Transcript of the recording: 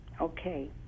Okay